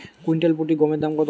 Quintal প্রতি গমের দাম কত?